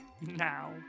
now